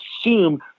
assume